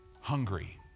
hungry